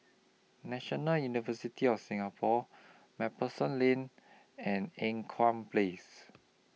National University of Singapore MacPherson Lane and Ean Kiam Place